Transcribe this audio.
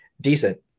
decent